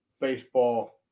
baseball